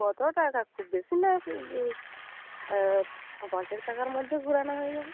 কত টাকা খুব বেশি নেয় পঞ্চাশ টাকার মধ্যে ঘোরানো হয়ে যাবে